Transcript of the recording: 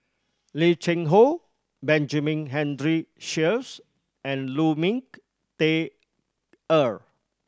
Lim Cheng Hoe Benjamin Henry Sheares and Lu Ming Teh Earl